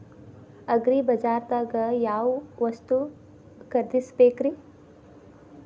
ಅಗ್ರಿಬಜಾರ್ದಾಗ್ ಯಾವ ವಸ್ತು ಖರೇದಿಸಬೇಕ್ರಿ?